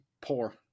Poor